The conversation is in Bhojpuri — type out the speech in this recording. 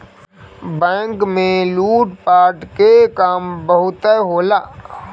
बैंक में लूट पाट के काम बहुते होला